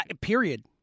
period